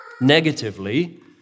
Negatively